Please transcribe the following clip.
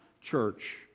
church